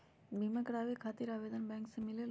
बिमा कराबे खातीर आवेदन बैंक से मिलेलु?